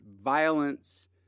violence